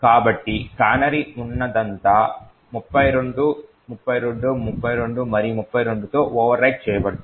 కాబట్టి కానరీ ఉన్నదంతా ఇప్పుడు 32 32 32 మరియు 32 తో ఓవర్ రైట్ చేయబడుతుంది